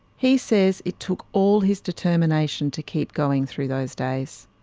he says it took all his determination to keep going through those days.